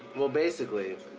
well basically,